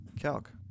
Calc